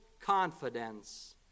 confidence